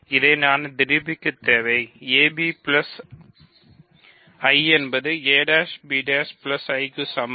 இதை நான் நிரூபிக்கத் தேவை ab I என்பது a' b'I க்கு சமம்